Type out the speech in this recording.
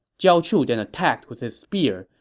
jiao chu then attacked with his spear,